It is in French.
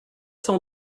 cent